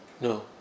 No